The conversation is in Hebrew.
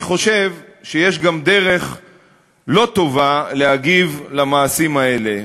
אני חושב שיש גם דרך לא טובה להגיב על המעשים האלה.